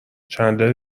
چندلر